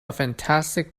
fantastic